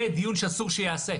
זה דיון שאסור שייעשה.